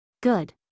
Good